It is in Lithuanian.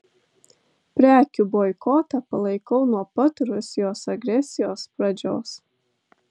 prekių boikotą palaikau nuo pat rusijos agresijos pradžios